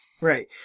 Right